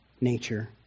nature